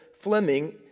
Fleming